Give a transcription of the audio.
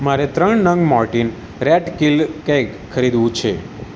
મારે ત્રણ નંગ મોર્ટિન રેટ કીલ કેક ખરીદવું છે